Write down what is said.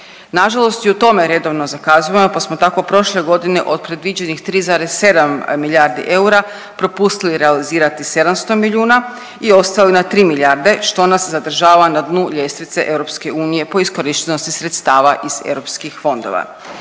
Nažalost i u tome redovno zakazujemo, pa smo tako prošle godine od predviđenih 3,7 milijardi eura propustili realizirati 700 milijuna i ostali na 3 milijarde, što nas zadržava na dnu ljestvice EU po iskorištenosti sredstava iz europskih fondova.